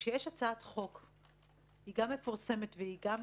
כשיש הצעת חוק והיא גם מפורסמת והיא גם